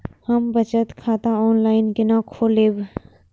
हम बचत खाता ऑनलाइन केना खोलैब?